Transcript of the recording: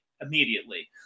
Immediately